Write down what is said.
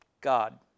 God